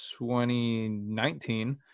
2019